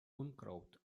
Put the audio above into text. unkraut